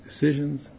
decisions